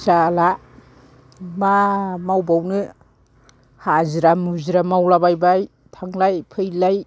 जाला मा मावबावनो हाजिरा मुजिरा मावलाबायबाय थांलाय फैलाय